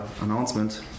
announcement